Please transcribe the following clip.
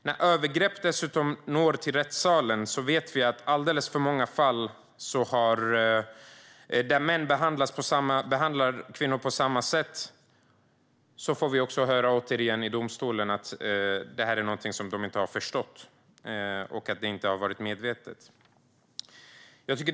När övergrepp dessutom når rättssalen - det handlar om att män har behandlat kvinnor på det sättet - finns det alldeles för många fall där man får höra i domstolen att det är något som männen inte har förstått och att det inte har varit avsiktligt.